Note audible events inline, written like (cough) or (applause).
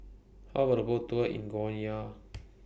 How about A Boat Tour in Guyana (noise)